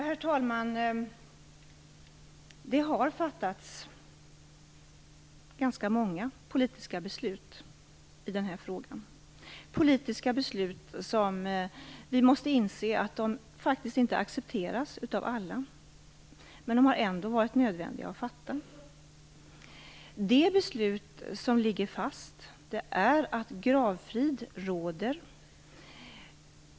Herr talman! Det har fattats ganska många politiska beslut i denna fråga. Vi måste inse att de faktiskt inte accepteras av alla, men de har ändå varit nödvändiga att fatta. Det beslut som ligger fast innebär att gravfrid råder.